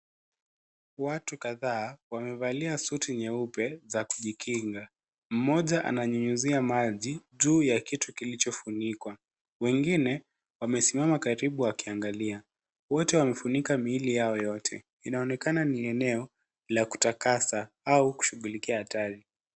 Watu kadhaa wamevalia suti nyeupe za kujikinga. Mmoja ananyunyuzia maji juu ya kitu kilichofunikwa. Wengine wamesimama karibu wakiangalia. Wote wamefunika miili yao yote. Inaonekana ni eneo la kutakasa au kushughulikia hatari.